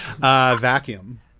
vacuum